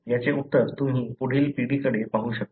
याचे उत्तर तुम्ही पुढील पिढीकडे पाहू शकता